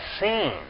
seen